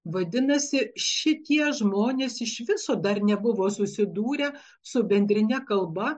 vadinasi šitie žmonės iš viso dar nebuvo susidūrę su bendrine kalba